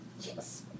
yes